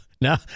Now